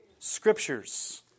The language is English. Scriptures